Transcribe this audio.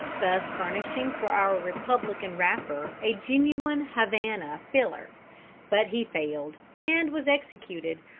thus furnishing for our republican wrapper a genuine havana filler but he failed, and was executed,